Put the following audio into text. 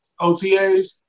OTAs